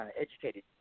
educated